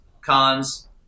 cons